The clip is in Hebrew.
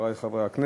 חברי חברי הכנסת,